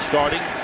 Starting